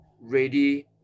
ready